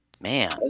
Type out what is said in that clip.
man